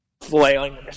flailing